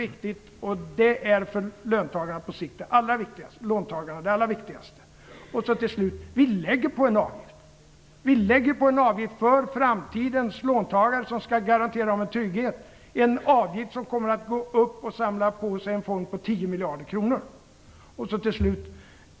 Det är det på lång sikt allra viktigaste för låntagarna. Vi lägger på en avgift för framtidens låntagare, som skall garantera dem en trygghet. Det är en avgift som kommer att samlas ihop till en fond på 10 miljarder kronor.